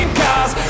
cars